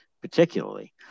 particularly